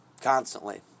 Constantly